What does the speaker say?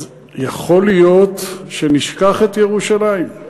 אז יכול להיות שנשכח את ירושלים,